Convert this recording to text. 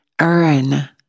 earn